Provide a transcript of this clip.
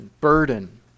burden